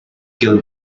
gil